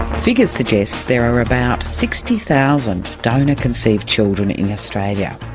figures suggest there are about sixty thousand donor-conceived children in australia,